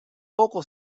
poco